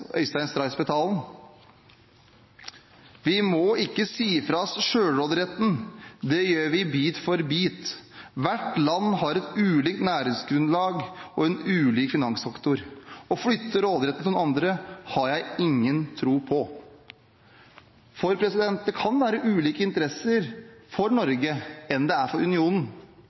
Øystein Stray Spetalen: «Vi må ikke si fra oss selvråderetten, det gjør vi bit for bit. Hvert land har et ulikt næringsgrunnlag og en ulik finanssektor. Å flytte ut råderetten til noen andre har jeg ingen tro på.» Norge og unionen kan ha ulike interesser, og det som nå står i proposisjonen, er at det er